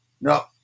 no